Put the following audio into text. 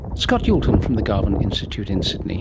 scott youlten from the garvan institute in sydney